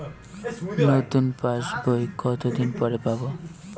নতুন পাশ বই কত দিন পরে পাবো?